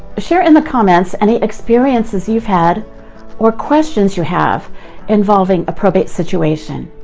share in the comments any experiences you've had or questions you have involving a probate situation.